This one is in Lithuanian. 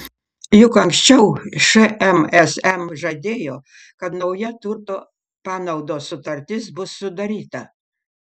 juk anksčiau šmsm žadėjo kad nauja turto panaudos sutartis bus sudaryta